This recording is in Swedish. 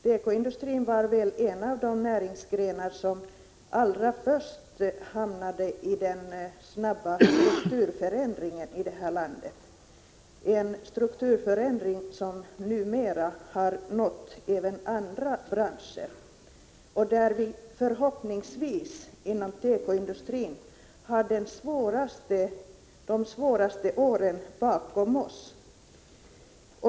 Tekoindustrin var väl en av de näringsgrenar som allra först hamnade i den snabba strukturförändringen här i landet, en strukturförändring som numera har nått även andra branscher. Förhoppningsvis har vi nu inom tekoindustrin de svåraste åren bakom oss.